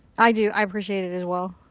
i do. i appreciate it as well.